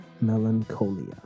Melancholia